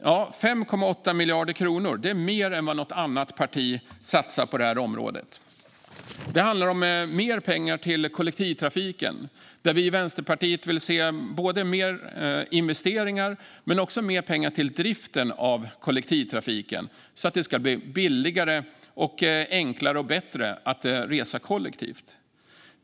Ja, 5,8 miljarder kronor är mer än vad något annat parti satsar på detta område. Det handlar om mer pengar till kollektivtrafik, både till investeringar och till drift så att det ska bli billigare, enklare och bättre att resa kollektivt.